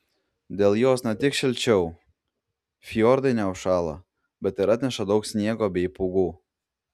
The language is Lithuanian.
dėl jos ne tik šilčiau fjordai neužšąla bet ir atneša daug sniego bei pūgų